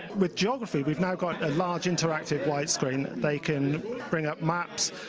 with geography we've now got a large interactive white screen, they can bring up maps,